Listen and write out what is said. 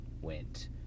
went